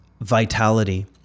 vitality